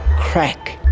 crack!